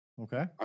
Okay